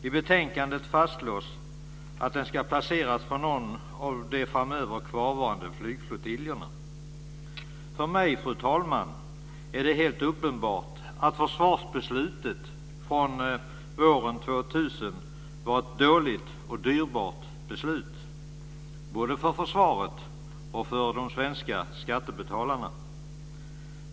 I betänkandet fastslås att den ska placeras på någon av de framöver kvarvarande flygflottiljerna. För mig, fru talman, är det helt uppenbart att försvarsbeslutet våren 2000 var dåligt och dyrt både för försvaret och för de svenska skattebetalarna.